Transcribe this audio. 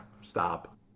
Stop